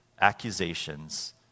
accusations